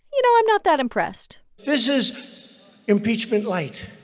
you know, i'm not that impressed this is impeachment light.